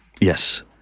Yes